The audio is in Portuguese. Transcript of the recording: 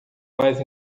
mais